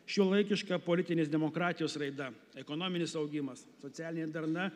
šiuolaikiška politinės demokratijos raida ekonominis augimas socialinė darna